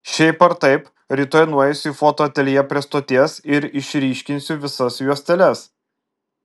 šiaip ar taip rytoj nueisiu į fotoateljė prie stoties ir išryškinsiu visas juosteles